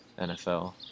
nfl